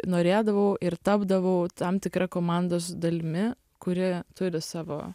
norėdavau ir tapdavau tam tikra komandos dalimi kuri turi savo